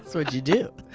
so what you do.